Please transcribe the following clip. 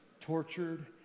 tortured